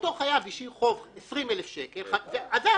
אותו חייב השאיר חוב של 20,000 שקל ועזב.